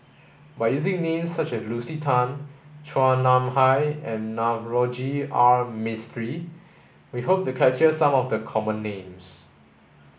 by using names such as Lucy Tan Chua Nam Hai and Navroji R Mistri we hope to capture some of the common names